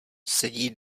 sedí